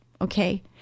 okay